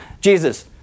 Jesus